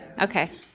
Okay